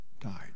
died